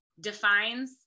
defines